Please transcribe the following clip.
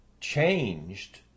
changed